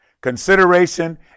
consideration